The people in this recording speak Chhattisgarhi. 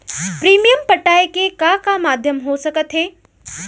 प्रीमियम पटाय के का का माधयम हो सकत हे?